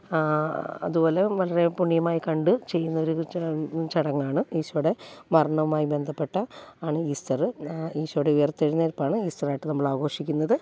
അതുപോലെ വളരെ പുണ്യമായി കണ്ട് ചെയ്യുന്ന ഒരു ചടങ്ങാണ് ഇശോയുടെ മരണവുമായി ബന്ധപ്പെട്ട ആണ് ഈസ്റ്ററ് ആ ഇശോയുടെ ഉയർത്തെഴുന്നേൽപ്പാണ് ഈസ്റ്ററായിട്ട് നമ്മൾ ആഘോഷിക്കുന്നത്